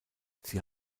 sie